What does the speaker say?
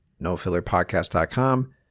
nofillerpodcast.com